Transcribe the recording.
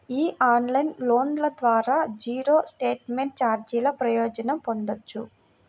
ఈ ఆన్లైన్ లోన్ల ద్వారా జీరో స్టేట్మెంట్ ఛార్జీల ప్రయోజనం పొందొచ్చు